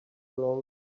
along